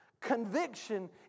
Conviction